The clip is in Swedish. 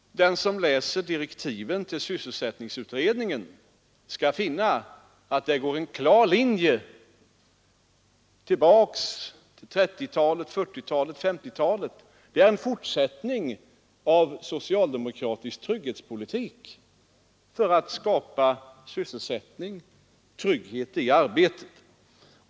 Den som läser direktiven till sysselsättningsutredningen skall nämligen finna att det går en klar linje tillbaka till 1930-talet, 1940-talet och 1950-talet. De är en fortsättning av socialdemokratisk trygghetspolitik för att skapa sysselsättning och trygghet i arbetet.